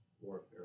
Warfare